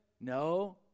No